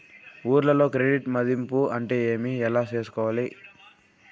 ఊర్లలో క్రెడిట్ మధింపు అంటే ఏమి? ఎలా చేసుకోవాలి కోవాలి?